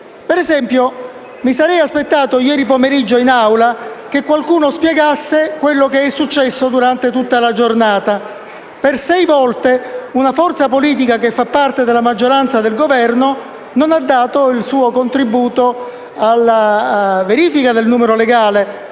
Per esempio, mi sarei aspettato che ieri pomeriggio, in Aula, qualcuno spiegasse quanto successo durante tutta la giornata: per sei volte una forza politica che fa parte della maggioranza di Governo non ha dato il suo contributo al momento della verifica del numero legale,